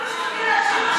תמר זנדברג.